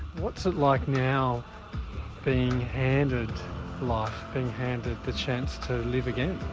what's it like now being handed life, being handed the chance to live again?